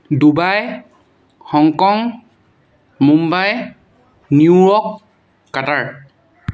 Dubai Hong Kong Mumbai New York Qatar